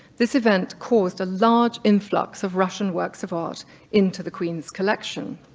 this event caused a large influx of russian works of art into the queen's collection.